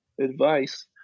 advice